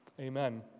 Amen